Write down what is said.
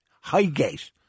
Highgate